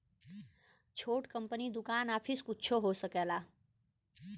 छोट कंपनी दुकान आफिस कुच्छो हो सकेला